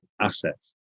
assets